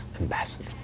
ambassador